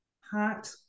hot